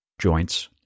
joints